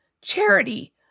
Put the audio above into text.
charity